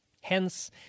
Hence